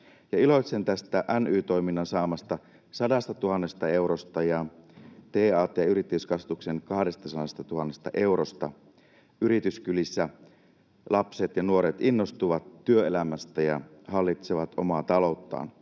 Iloitsen tästä NY-toiminnan saamasta 100 000 eurosta ja TAT-yrittäjyyskasvatuksen 200 000 eurosta. Yrityskylissä lapset ja nuoret innostuvat työelämästä ja hallitsevat omaa talouttaan.